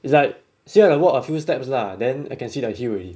it's like still have to walk a few steps lah then I can see the hill already